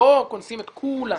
לא קונסים את כולם.